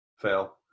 Fail